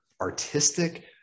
artistic